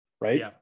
right